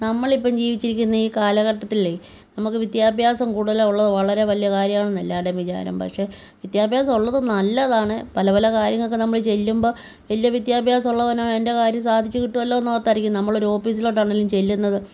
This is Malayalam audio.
നമ്മളിപ്പം ജീവിച്ചിരിക്കുന്ന ഈ കാലഘട്ടത്തിലെ നമുക്ക് വിദ്യാഭ്യാസം കൂടുതൽ ഉള്ളത് വളരെ വലിയ കാര്യമാണെന്നാണ് എല്ലാവരുടേയും വിചാരം പക്ഷേ വിദ്യാഭ്യാസം ഉള്ളത് നല്ലതാണ് പല പല കാര്യങ്ങൾക്ക് നമ്മൾ ചെല്ലുമ്പോൾ വലിയ വിദ്യാഭ്യാസമുള്ളവനാണ് എൻ്റെ കാര്യം സാധിച്ച് കിട്ടുമല്ലോ എന്നോർത്തായിരിക്കും നമ്മളൊരു ഓഫീസിലോട്ടാണെങ്കിലും ചെല്ലുന്നത്